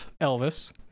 Elvis